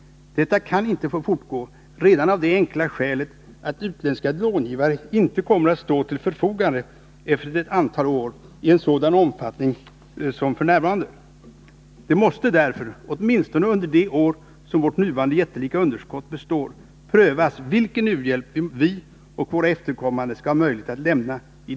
Detta kan inte få fortgå redan av det enkla skälet att utländska långivare om ett antal år inte kommer att stå till förfogande i en sådan omfattning som f. n. Det måste därför, åtminstone under de år som vårt nuvarande jättelika underskott består, prövas vilken u-hjälp som vi och våra efterkommande skall ha möjlighet att lämna.